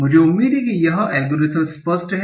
मुझे उम्मीद है कि यह एल्गोरिथ्म स्पष्ट है